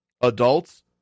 adults